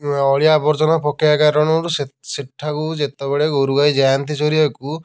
ଅଳିଆ ଆବର୍ଜନା ପକେଇବା କାରଣରୁ ସେଠାକୁ ଯେତେବେଳେ ଗୋରୁ ଗାଈ ଯାଆନ୍ତି ଚରିବାକୁ